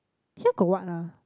here got what ah